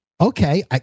okay